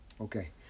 Okay